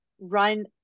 run